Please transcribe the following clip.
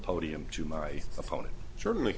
podium to my opponent certainly